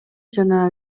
жана